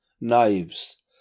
knives